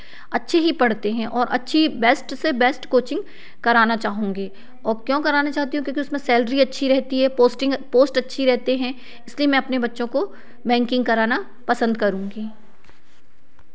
अच्छे ही पढ़ते हैं और अच्छी बेस्ट से बेस्ट कोचिंग करना चाहूँगी और क्यों करना चाहती हूँ क्योंकि उसमें सैलरी अच्छी रहती है पोस्टिंग पोस्ट अच्छी रहते हैं इसलिए मैं अपने बच्चों को बैंकिंग करना पसंद करुँगी